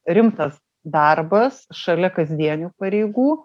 rimtas darbas šalia kasdienių pareigų